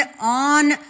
on